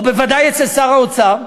או בוודאי אצל שר האוצר?